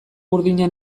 burdina